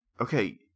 okay